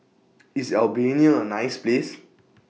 IS Albania A nice Place